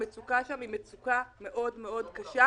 המצוקה שם היא מצוקה מאוד קשה,